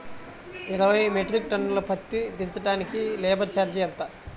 ఇరవై metric ton పత్తి దించటానికి లేబర్ ఛార్జీ ఎంత?